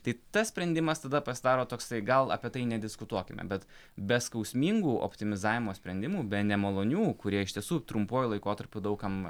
tai tas sprendimas tada pasidaro toksai gal apie tai nediskutuokime bet be skausmingų optimizavimo sprendimų be nemalonių kurie iš tiesų trumpuoju laikotarpiu daug kam